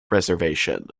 reservation